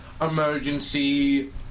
Emergency